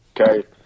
Okay